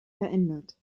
verändert